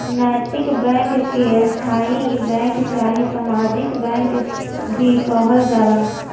नैतिक बैंक के स्थायी बैंक चाहे सामाजिक बैंक भी कहल जाला